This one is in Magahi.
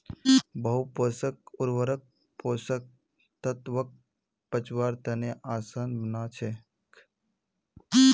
बहु पोषक उर्वरक पोषक तत्वक पचव्वार तने आसान बना छेक